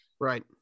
Right